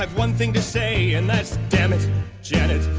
one thing to say and that's dammit janet